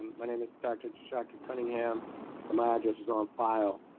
my name is dr. tshaka cunningham and my address is on file.